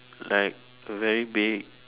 like a very big